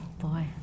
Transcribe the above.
Boy